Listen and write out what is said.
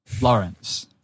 Lawrence